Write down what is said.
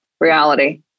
reality